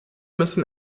müssen